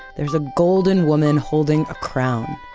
there's a golden woman holding a crown.